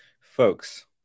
folks